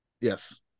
Yes